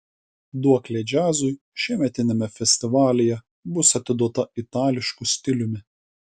duoklė džiazui šiemetiniame festivalyje bus atiduota itališku stiliumi